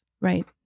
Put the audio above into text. right